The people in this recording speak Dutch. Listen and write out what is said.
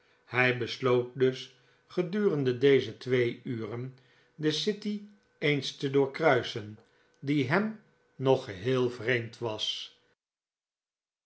hij besloot dus gedurende deze twee uren de city eens te doorkruisen die hem nog geheel vreemd was